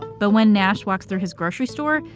but when nash walks through his grocery store,